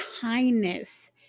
kindness